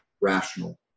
rational